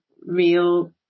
real